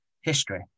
history